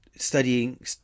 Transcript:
Studying